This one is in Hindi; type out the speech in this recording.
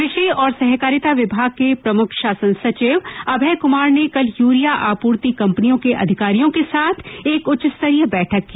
कृषि और सहकारिता विभाग के प्रमुख शासन सचिव अभय कमार ने कल यूरिया आपूर्ति कंपनियों के अधिकारियों के साथ एक उच्चस्तरीय बैठक की